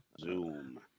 Zoom